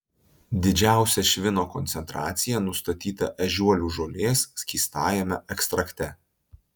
didžiausia švino koncentracija nustatyta ežiuolių žolės skystajame ekstrakte